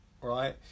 right